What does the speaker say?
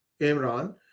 Imran